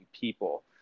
people